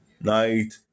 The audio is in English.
night